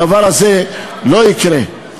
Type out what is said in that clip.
הדבר הזה לא יקרה.